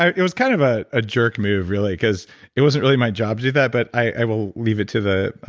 it was kind of a ah jerk move, really, because it wasn't really my job to do that. but i will leave it to the